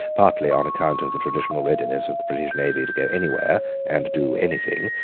partly on account of the traditional readiness of the british navy to go anywhere and do anything,